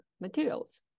materials